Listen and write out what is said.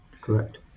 Correct